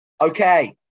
Okay